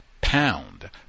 pound